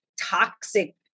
toxic